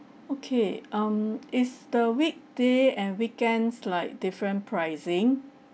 okay um is the weekdays and weekends like different pricing